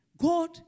God